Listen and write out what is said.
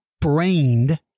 brained